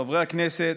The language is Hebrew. חברי הכנסת,